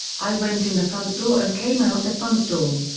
i went in the front door and came out the front door.